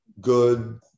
good